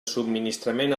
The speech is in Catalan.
subministrament